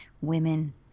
women